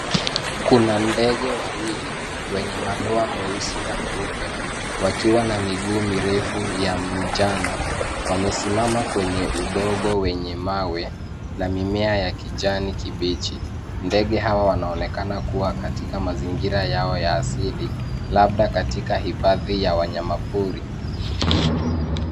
Kuna ndege wawili, wenye madoa meusi, na meupe, wakiwa na miguu mirefu ya manjano, wamesimama kwenye udongo wenye mawe, na mimea ya kijani kibichi. Ndege hawa wanaonekana kuwa katika mazingira yao ya asili, labda katika hifadhi ya wanyama pori.